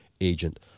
agent